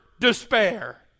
despair